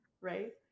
right